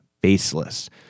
baseless